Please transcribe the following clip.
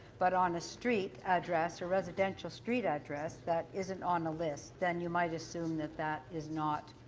but on a street address or residential street address that isn't on the list then you might assume that that is not